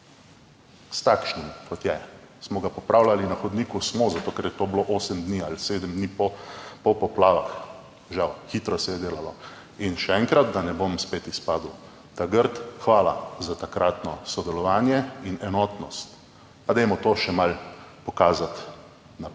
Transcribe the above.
s takšnim, kot je. Smo ga popravljali, na hodniku smo, zato, ker je to bilo osem dni ali sedem dni po poplavah, žal hitro se je delalo. In še enkrat, da ne bom spet izpadel ta grd, hvala za takratno sodelovanje in enotnost, pa dajmo to še malo pokazati naprej